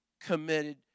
committed